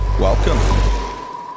Welcome